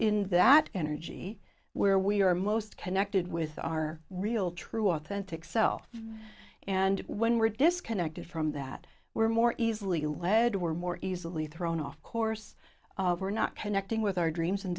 in that energy where we are most connected with our real true authentic self and when we're disconnected from that we're more easily led we're more easily thrown off course we're not connecting with our dreams and